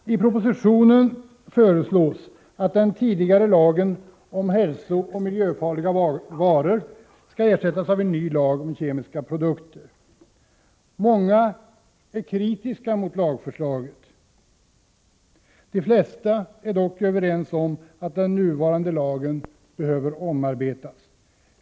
I propositionen föreslås att den tidigare lagen om hälsooch miljöfarliga varor skall ersättas av en ny lag om kemiska produkter. Många är kritiska mot lagförslaget. De flesta är dock överens om att den nuvarande lagen behöver omarbetas.